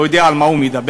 הוא יודע על מה הוא מדבר?